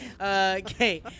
Okay